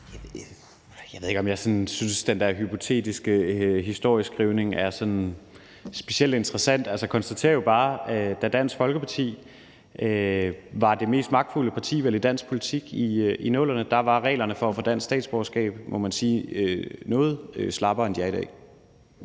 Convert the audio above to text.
Jeg ved ikke, om jeg synes, at den der hypotetiske historieskrivning er specielt interessant. Altså, jeg konstaterer jo bare, at da Dansk Folkeparti var det vel mest magtfulde parti i dansk politik i 00'erne, var reglerne for at få dansk statsborgerskab, må man sige, noget slappere, end de er i dag.